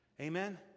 Amen